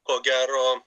ko gero